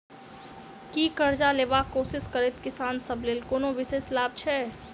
की करजा लेबाक कोशिश करैत किसान सब लेल कोनो विशेष लाभ छै?